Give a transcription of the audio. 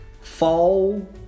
fall